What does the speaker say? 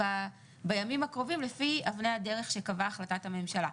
בימים הקרובים לפי אבני הדרך שקבעה החלטת הממשלה.